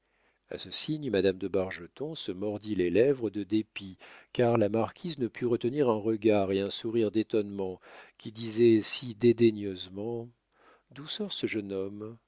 a ce signe madame de bargeton se mordit les lèvres de dépit car la marquise ne put retenir un regard et un sourire d'étonnement qui disait si dédaigneusement d'où sort ce jeune homme